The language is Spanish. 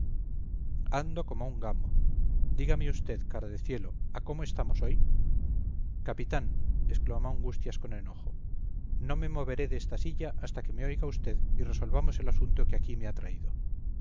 ando como un gamo dígame usted cara de cielo a cómo estamos hoy capitán exclamó angustias con enojo no me moveré de esta silla hasta que me oiga usted y resolvamos el asunto que aquí me ha traído